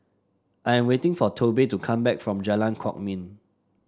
I am waiting for Tobe to come back from Jalan Kwok Min